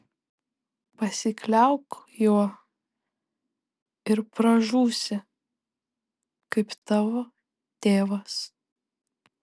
pasikliauk juo ir pražūsi kaip tavo tėvas